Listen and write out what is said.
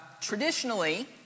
traditionally